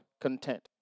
content